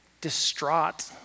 distraught